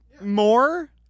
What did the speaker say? more